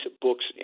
books